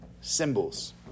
symbols